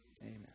Amen